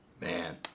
Man